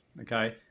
okay